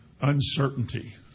uncertainty